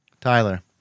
tyler